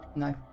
No